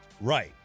Right